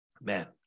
Man